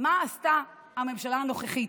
מה עשתה הממשלה הנוכחית.